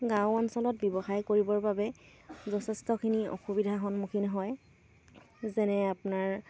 গাঁও অঞ্চলত ব্যৱসায় কৰিবৰ বাবে যথেষ্টখিনি অসুবিধাৰ সন্মুখীন হয় যেনে আপোনাৰ